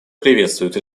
приветствует